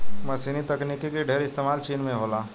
मशीनी तकनीक के ढेर इस्तेमाल चीन में होला